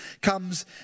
comes